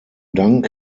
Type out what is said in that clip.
dank